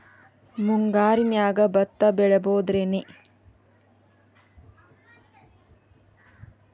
ಮುಂಗಾರಿನ್ಯಾಗ ಭತ್ತ ಬೆಳಿಬೊದೇನ್ರೇ?